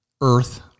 Earth